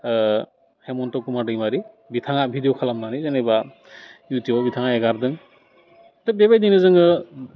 हेमन्त कुमार दैमारि बिथाङा भिडिय' खालामनानै जेनेबा युटुबाव बिथाङा एगारदों थिक बेबायदिनो जोङो